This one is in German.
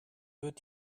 wird